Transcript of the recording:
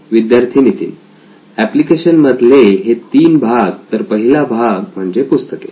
विद्यार्थी नितीन एप्लिकेशन मधले हे 3 भाग तर पहिला भाग म्हणजे पुस्तके